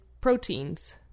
proteins